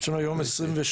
יש לנו 29 חברים,